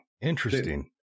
Interesting